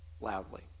loudly